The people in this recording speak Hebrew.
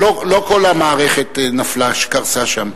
אה, לא כל המערכת נפלה-קרסה שם.